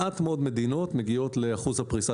מעט מאוד מדינות מגיעות לאחוז הפריסה